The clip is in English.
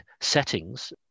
settings